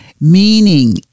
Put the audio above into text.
meaning